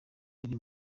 biri